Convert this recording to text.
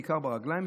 בעיקר ברגליים,